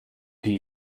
die